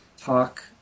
talk